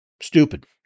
stupid